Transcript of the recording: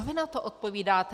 Co na to odpovídáte?